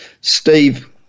Steve